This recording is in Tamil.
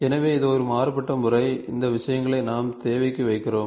எனவே இது ஒரு மாறுபட்ட முறை இந்த விஷயங்களை நாம் தேவைக்கு வைக்கிறோம்